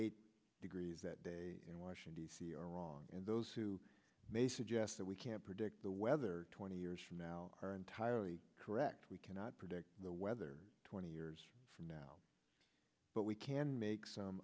eight degrees that day in washington d c are wrong and those who may suggest that we can't predict the weather twenty years from now are entirely correct we cannot predict the weather twenty years from now but we can make some